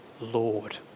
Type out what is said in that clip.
Lord